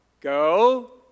Go